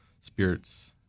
spirits